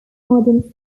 modern